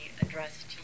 addressed